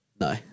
No